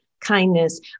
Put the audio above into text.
kindness